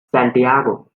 santiago